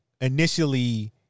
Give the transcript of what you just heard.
initially